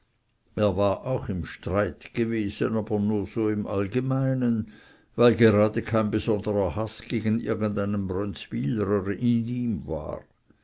er war auch im streit gewesen aber nur so im allgemeinen weil gerade kein besonderer haß gegen irgend einen brönzwylerer in ihm war